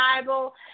Bible